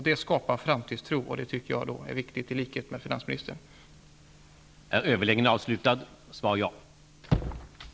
Det skapar framtidstro, och det tycker jag, i likhet med finansministern, är viktigt.